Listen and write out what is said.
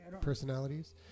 personalities